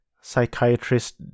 psychiatrist